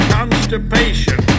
Constipation